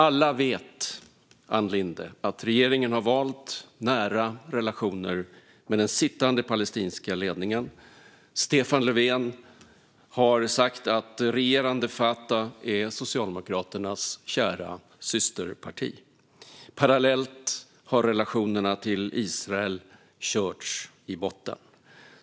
Alla vet, Ann Linde, att regeringen har valt att ha nära relationer med den sittande palestinska ledningen. Stefan Löfven har sagt att det regerande Fatah är Socialdemokraternas kära systerparti. Parallellt har relationerna till Israel körts i botten.